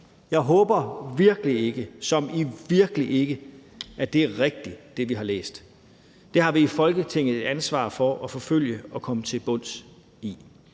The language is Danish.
Jeg håber virkelig ikke – som i virkelig ikke – at det er rigtigt, hvad vi har læst. Det har vi i Folketinget et ansvar for at forfølge og komme til bunds i.